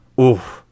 oof